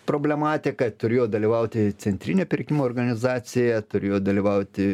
problematiką turėjo dalyvauti centrinė pirkimų organizacija turėjo dalyvauti